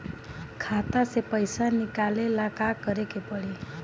खाता से पैसा निकाले ला का करे के पड़ी?